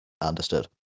Understood